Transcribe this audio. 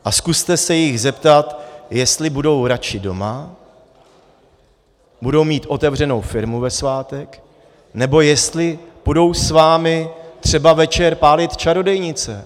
A zkuste se jich zeptat, jestli budou radši doma, budou mít otevřenou firmu ve svátek, nebo jestli půjdou s vámi třeba večer pálit čarodějnice.